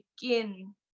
begin